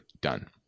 done